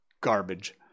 garbage